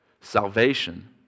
Salvation